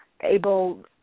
able